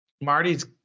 Marty's